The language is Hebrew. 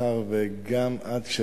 מאחר שגם את,